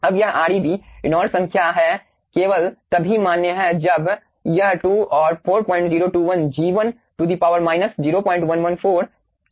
अब यह Reb Reynolds संख्या है यह केवल तभी मान्य है जब यह 2 और 402G1 0114 के बीच में हो